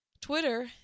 twitter